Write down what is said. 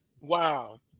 wow